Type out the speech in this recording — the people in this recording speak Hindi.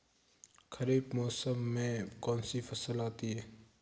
खरीफ मौसम में कौनसी फसल आती हैं?